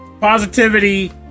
positivity